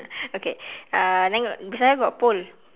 okay uh then got beside her got pole